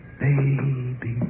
baby